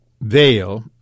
veil